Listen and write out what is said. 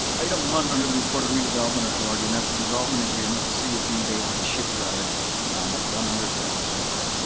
item one under the report of the redevelopment authority, and that's a development agreement with the city of green bay for the shipyard at one hundred west mason.